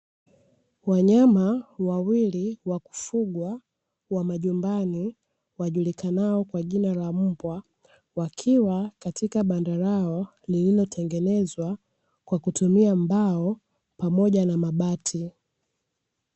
Wanyama wawili wakufugwa wa majumbani wanaojulikana kwa jina la mbwa, wakiwa katika banda lao lililotengenezwa kwa kutumia mbao pamoja na mabati.